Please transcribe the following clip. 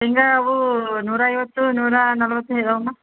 ಹಿಂಗವು ನೂರ ಐವತ್ತು ನೂರಾ ನಲ್ವತ್ತು ಇದಾವ ಅಮ್ಮ